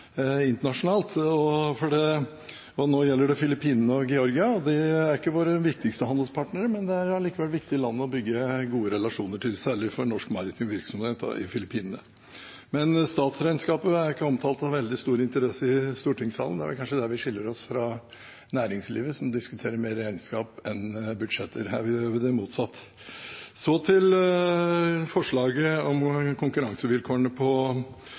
internasjonalt. Nå gjelder det Filippinene og Georgia. De er ikke våre viktigste handelspartnere, men det er likevel viktige land å bygge gode relasjoner til, særlig for norsk maritim virksomhet i Filippinene. Men statsregnskapet er ikke omtalt med veldig stor interesse i stortingssalen, det er kanskje der vi skiller oss fra næringslivet, som mer diskuterer regnskap enn budsjetter – her gjør vi det motsatte. Så til forslaget om konkurransevilkårene på